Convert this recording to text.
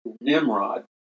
Nimrod